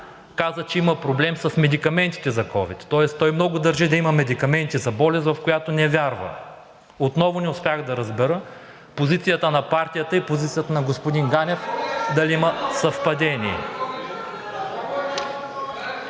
каза, че има проблем с медикаментите за ковид, тоест той много държи да има медикаменти за болест, в която не вярва. Отново не успях да разбера позицията на партията и позицията на господин Ганев. (Реплики